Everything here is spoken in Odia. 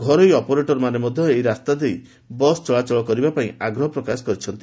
ଘରୋଇ ଅପରେଟରମାନେ ଏହି ରାସ୍ତା ଦେଇ ବସ୍ ଚଳାଚଳ କରିବା ପାଇଁ ଆଗ୍ରହ ପ୍ରକାଶ କରିଛନ୍ତି